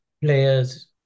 players